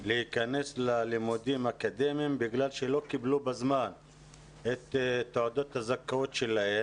להיכנס ללימודים אקדמיים בגלל שהם לא קיבלו בזמן את תעודות הזכאות שלהם.